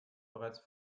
bereits